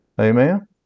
Amen